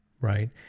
right